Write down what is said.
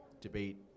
Debate